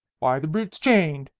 why, the brute's chained.